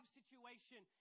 situation